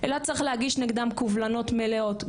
אלא צריך להגיש נגדם קובלנות מלאות.